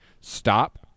stop